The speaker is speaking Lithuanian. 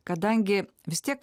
kadangi vis tiek